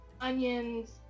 onions